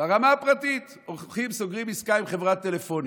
ברמה הפרטית והם סוגרים עסקה עם חברת טלפונים,